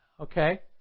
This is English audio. Okay